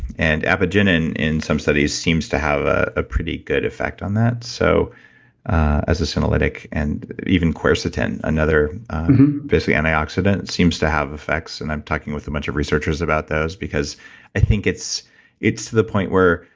and apigenin in some studies seems to have a pretty good effect on that, so as a senolytic, and even quercetin, another basically antioxidant seems to have effects, and i'm talking with a bunch of researchers about those, because i think it's it's the point where,